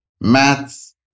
Maths